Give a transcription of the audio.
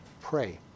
Pray